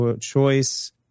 choice